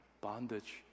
bondage